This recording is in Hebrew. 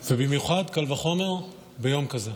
ובמיוחד, קל וחומר ביום כזה,